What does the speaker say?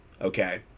Okay